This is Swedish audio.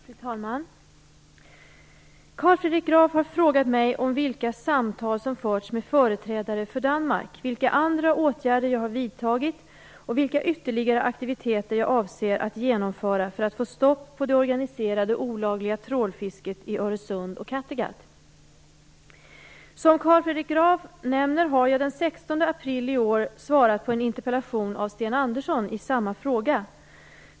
Fru talman! Carl Fredrik Graf har frågat mig om vilka samtal som förts med företrädare för Danmark, vilka andra åtgärder jag har vidtagit och vilka ytterligare aktiviteter jag avser att genomföra för att få stopp på det organiserade olagliga trålfisket i Öresund och Kattegatt. Som Carl Fredrik Graf nämner har jag den 16 april i år svarat på en interpellation av Sten Andersson i samma fråga.